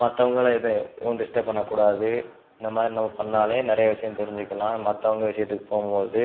மற்றவங்கள எதுவும் டிஸ்டர்ப் பண்ணக்கூடாது இந்த மாதிரி நம்ம பண்ணிணாலே நிறைய விஷயம் தெரிஞ்சுக்கிலாம் மற்றவங்க விஷயத்துக்கு போகும்போது